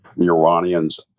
Iranians